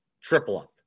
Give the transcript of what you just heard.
triple-up